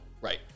Right